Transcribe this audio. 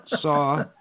saw